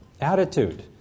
attitude